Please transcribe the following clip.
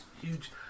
huge